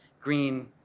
green